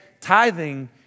tithing